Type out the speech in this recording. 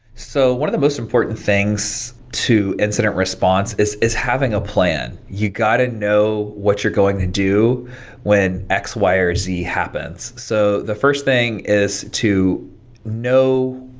so one of the most important things to incident response is is having a plan. you got to know what you're going to do when x, y, or z happens. so the first thing is to know